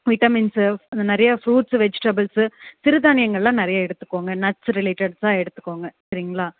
vitamins அந்த நெறைய fruits vegetables சிறுதானியங்கள் எல்லாம் நிறைய எடுத்துகோங்க நட்ஸ் ரிலேட்டட்ஸ்ஸா எடுத்துகோங்க சரிங்ளா